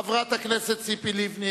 חברת הכנסת ציפי לבני,